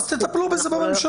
אז תטפלו את זה בממשלה.